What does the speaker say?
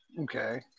Okay